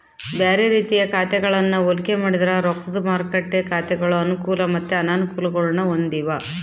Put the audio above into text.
ಬ್ಯಾರೆ ರೀತಿಯ ಖಾತೆಗಳನ್ನ ಹೋಲಿಕೆ ಮಾಡಿದ್ರ ರೊಕ್ದ ಮಾರುಕಟ್ಟೆ ಖಾತೆಗಳು ಅನುಕೂಲ ಮತ್ತೆ ಅನಾನುಕೂಲಗುಳ್ನ ಹೊಂದಿವ